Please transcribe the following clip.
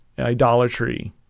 Idolatry